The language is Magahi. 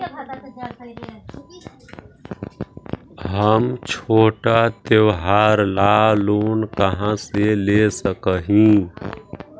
हम छोटा त्योहार ला लोन कहाँ से ले सक ही?